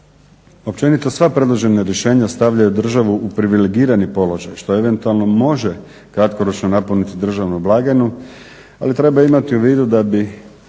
Općenito, sva predložena rješenja stavljaju državu u privilegirani položaj što eventualno može kratkoročno napuniti državnu blagajnu, ali treba imati u vidu da bi